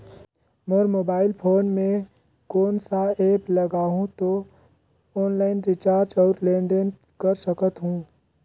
मोर mobile phone मे कोन सा एप्प लगा हूं तो ऑनलाइन रिचार्ज और लेन देन कर सकत हू?